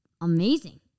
amazing